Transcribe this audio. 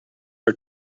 are